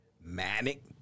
manic